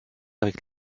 avec